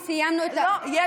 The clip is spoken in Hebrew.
סיימנו, לא, לא.